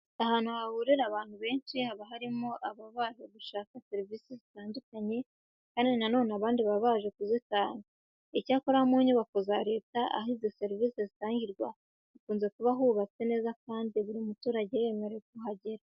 Ahantu hahurira abantu benshi haba harimo ababa baje gushaka serivise zitandukanye kandi na none abandi baba baje kuzitanga. Icyakora mu nyubako za leta aho izi serivise zitangirwa, hakunze kuba hubatse neza kandi buri muturage yemerewe kuhagera.